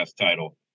title